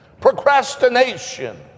Procrastination